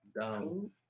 Dumb